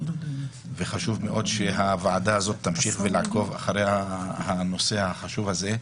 וחשוב מאוד שהוועדה הזאת תמשיך לעקוב אחרי הנושא החשוב הזה.